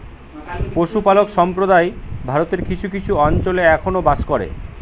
পশুপালক সম্প্রদায় ভারতের কিছু কিছু অঞ্চলে এখনো বাস করে